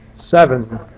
seven